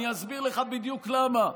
אני אסביר לך בדיוק למה,